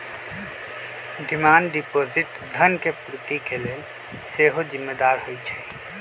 demand deposit धन के पूर्ति के लेल सेहो जिम्मेदार होइ छइ